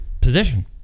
position